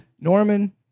Norman